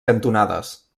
cantonades